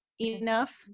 enough